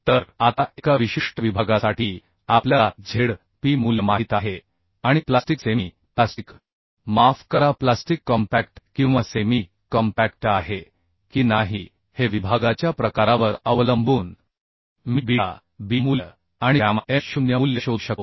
तर आता एका विशिष्ट विभागासाठी आपल्याला z p मूल्य माहित आहे आणि प्लास्टिक सेमी प्लास्टिक माफ करा प्लास्टिक कॉम्पॅक्ट किंवा सेमी कॉम्पॅक्ट आहे की नाही हे विभागाच्या प्रकारावर अवलंबून मी बीटा b मूल्य आणि गॅमा M 0 मूल्य शोधू शकतो